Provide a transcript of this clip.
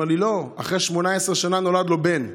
הוא אומר לי: לא, אחרי 18 שנה נולד לו בן.